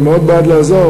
אני מאוד בעד לעזור,